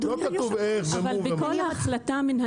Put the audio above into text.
לא כתוב איך ומו ומה.